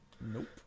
Nope